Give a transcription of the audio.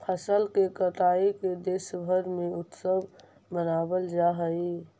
फसल के कटाई के देशभर में उत्सव मनावल जा हइ